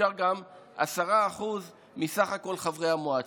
שבהן אפשר גם 10% מכלל חברי המועצה.